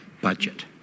budget